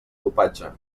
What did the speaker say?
dopatge